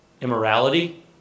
Immorality